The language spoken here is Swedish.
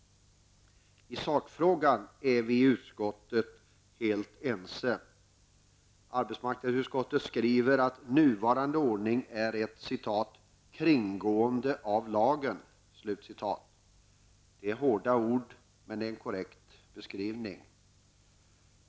I sakfrågan är vi i utskottet helt ense. Arbetsmarknadsutskottet skriver att nuvarande ordning är ett ''kringgående av lagen''. Det är hårda ord, men det är en korrekt beskrivning.